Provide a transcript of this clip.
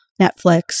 Netflix